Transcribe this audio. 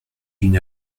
d’une